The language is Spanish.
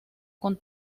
con